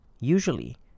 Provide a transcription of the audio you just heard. Usually